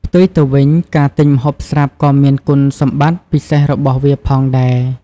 ផ្ទុយទៅវិញ ការទិញម្ហូបស្រាប់ក៏មានគុណសម្បត្តិពិសេសរបស់វាផងដែរ។